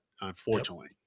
unfortunately